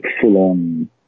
full-on